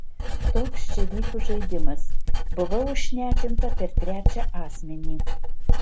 toks čia vyko žaidimas buvau užšnekinta per trečią asmenį